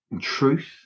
truth